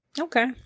Okay